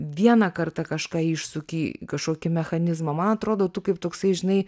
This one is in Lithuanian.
vieną kartą kažką išsuki kažkokį mechanizmą man atrodo tu kaip toksai žinai